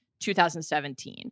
2017